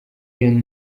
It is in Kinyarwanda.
iyo